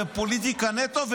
ופוליטיקה נטו.